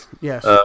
Yes